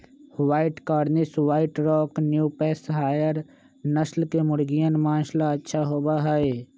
white Cornish, white rock, New Hampshire नस्ल के मुर्गियन माँस ला अच्छा होबा हई